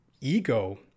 ego